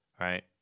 right